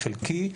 חלקי,